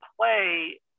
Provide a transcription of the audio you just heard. play